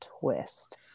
twist